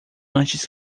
antes